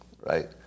right